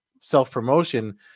self-promotion